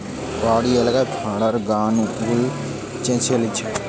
পাহাড়ি এলাকাতে ভেড়ার গা নু উল চেঁছে লিছে